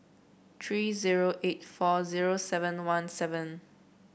three zero eight four zero seven one seven